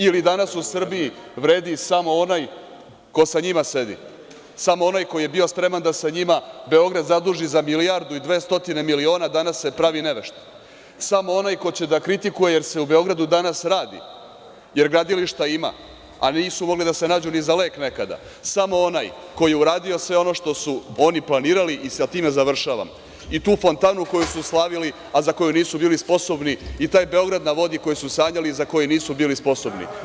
Ili danas u Srbiji vredi samo onaj ko sa njima sedi, samo onaj koji je bio spreman da sa njima Beograd zaduži za milijardu i 200 miliona danas se pravi nevešt, samo onaj ko će da kritikuje jer se u Beogradu danas radi, jer gradilišta ima, a nisu mogli da se nađu ni za lek nekada, samo onaj koji je uradio sve ono što su oni planirali, i sa time završavam, i tu fontanu koju su slavili, a za koju nisu bili sposobni, i taj „Beograd na vodi“, koji su sanjali i za koji nisu bili sposobni.